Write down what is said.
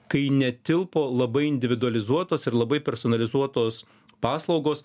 kai netilpo labai individualizuotos ir labai personalizuotos paslaugos